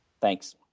Thanks